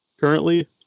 currently